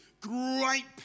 Great